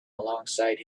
alongside